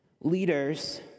leaders